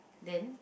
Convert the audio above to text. then